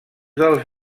dels